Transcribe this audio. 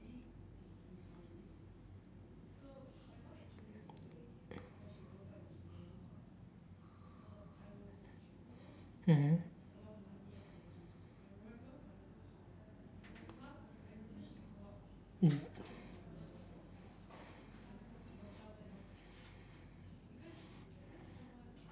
mmhmm mm